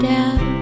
Down